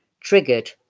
triggered